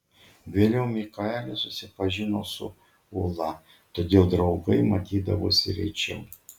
vėliau mikaelis susipažino su ūla todėl draugai matydavosi rečiau